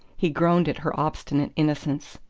he groaned at her obstinate innocence.